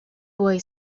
boy